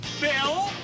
Bill